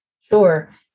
Sure